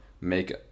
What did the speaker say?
make